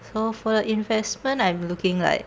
so for the investment I'm looking like